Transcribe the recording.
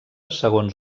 segons